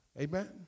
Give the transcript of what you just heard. Amen